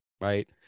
Right